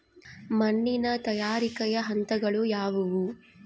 ಮಣ್ಣಿನ ತಯಾರಿಕೆಯ ಹಂತಗಳು ಯಾವುವು?